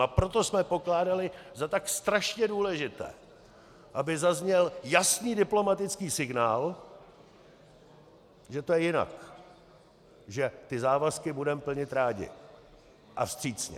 A proto jsme pokládali za tak strašně důležité, aby zazněl jasný diplomatický signál, že to je jinak, že ty závazky budeme plnit rádi a vstřícně.